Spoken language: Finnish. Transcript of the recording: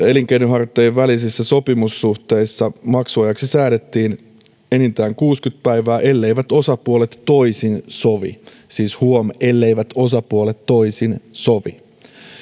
elinkeinonharjoittajien välisissä sopimussuhteissa maksuajaksi säädettiin enintään kuusikymmentä päivää elleivät osapuolet toisin sovi siis huom elleivät osapuolet toisin sovi